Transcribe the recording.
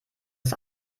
ist